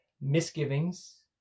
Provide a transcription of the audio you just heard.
Misgivings